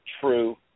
true